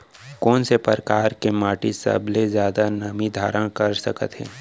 कोन से परकार के माटी सबले जादा नमी धारण कर सकत हे?